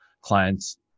clients